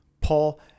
paul